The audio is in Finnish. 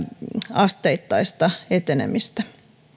asteittaista etenemistä